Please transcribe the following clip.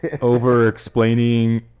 over-explaining